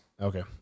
Okay